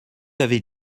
avez